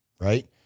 right